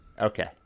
Okay